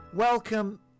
Welcome